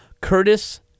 Curtis